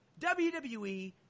WWE